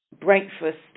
breakfast